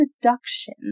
seduction